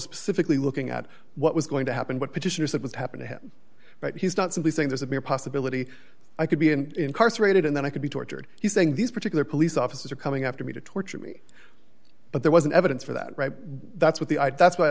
specifically looking at what was going to happen what petitioners that would happen to him but he's not simply saying there's a possibility i could be an incarcerated and then i could be tortured he's saying these particular police officers are coming after me to torture me but there wasn't evidence for that right that's what the i'd that's why i